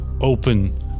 open